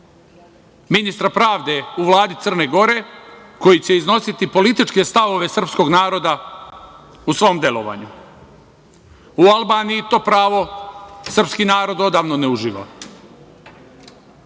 ministra pravde u Vladi Crne Gore, koji će iznositi političke stavove srpskog naroda u svom delovanju.U Albaniji to pravo srpski narod odavno ne uživa.